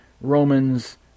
Romans